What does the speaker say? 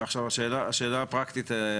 שאלה פרקטית,